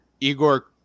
Igor